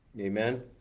Amen